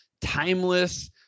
timeless